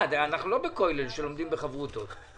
אנחנו לא ב"כולל" שלומדים בחברותות.